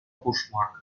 пушмак